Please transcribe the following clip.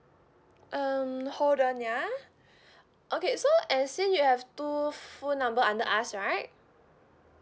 um hold on ya okay so as in you have two phone number under us right